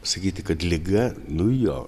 sakyti kad liga nu jo